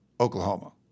Oklahoma